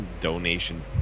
donation